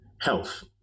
health